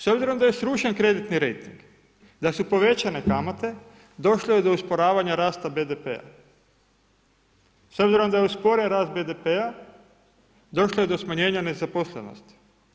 S obzirom da je srušen kreditni rejting, da su povećane kamate, došlo je do usporavanja rasta BDP-a. s obzirom da je usporen rast BDP-a, došlo je do smanjenja nezaposlenosti.